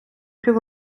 пів